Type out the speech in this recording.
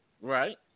Right